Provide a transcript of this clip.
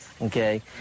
okay